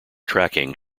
tracking